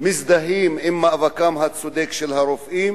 מזדהות עם מאבקם הצודק של הרופאים,